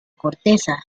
corteza